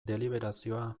deliberazioa